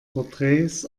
porträts